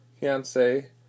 Fiance